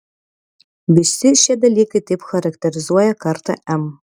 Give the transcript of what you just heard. visi šie dalykai taip charakterizuoja kartą m